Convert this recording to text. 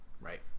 Right